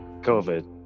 COVID